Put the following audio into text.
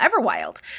Everwild